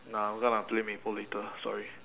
nah I'm gonna play maple later sorry